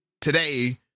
today